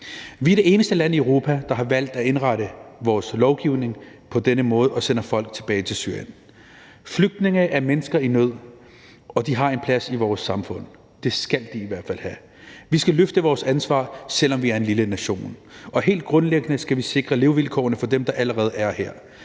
Vi er det eneste land i Europa, der har valgt at indrette vores lovgivning på denne måde og sender folk tilbage til Syrien. Flygtninge er mennesker i nød, og de har en plads i vores samfund. Det skal de i hvert fald have. Vi skal løfte vores ansvar, selv om vi er en lille nation, og helt grundlæggende skal vi sikre levevilkårene for dem, der allerede er her.